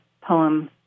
poem